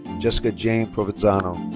jessica jane provenzano.